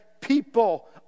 people